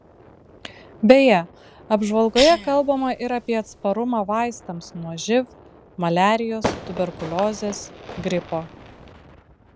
beje apžvalgoje kalbama ir apie atsparumą vaistams nuo živ maliarijos tuberkuliozės gripo